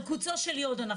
אנחנו נעבוד על קוצו של יו"ד,